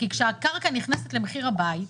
כי כשהקרקע נכנסת למחיר הבית,